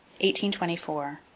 1824